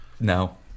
No